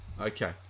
Okay